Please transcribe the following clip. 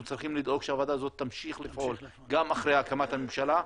אנחנו צריכים לדאוג שהוועדה הזאת תמשיך לפעול גם אחרי הקמת הממשלה,